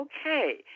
Okay